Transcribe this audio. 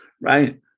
right